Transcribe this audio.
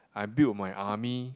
I build my army